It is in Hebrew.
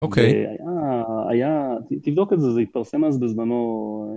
אוקיי. היה... תבדוק את זה, זה התפרסם אז בזמנו.